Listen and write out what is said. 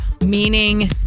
meaning